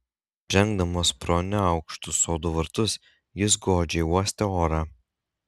žengdamas pro neaukštus sodų vartus jis godžiai uostė orą